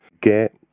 get